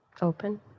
Open